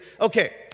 okay